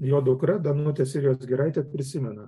jo dukra danutė sirijos giraitė prisimena